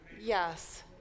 Yes